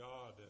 God